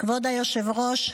כבוד היושב-ראש,